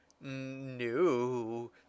No